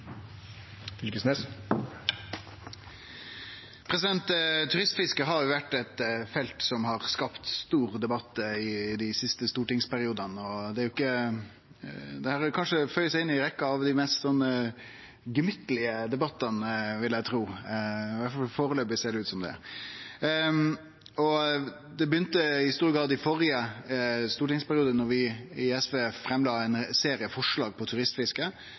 vore eit felt som har skapt stor debatt i dei siste stortingsperiodane. Eg vil tru at det føyer seg inn i rekkja av dei mest gemyttlege debattane ? foreløpig ser det i alle fall ut som det. Det begynte i stor grad i førre stortingsperiode, da vi i SV la fram ein serie forslag